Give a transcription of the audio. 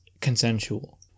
consensual